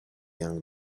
young